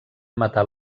matar